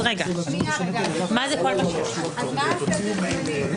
רוצה שזה ילך לנפגעים ולא לקרן החילוט,